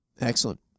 Excellent